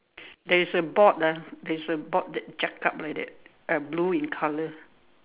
there is a board ah there is board like jack up like that uh blue in colour